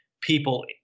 people